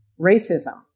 racism